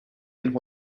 این